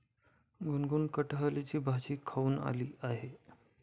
गुनगुन कठहलची भाजी खाऊन आली आहे